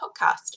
podcast